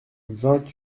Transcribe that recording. vingt